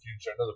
future